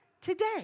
today